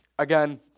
Again